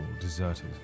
deserted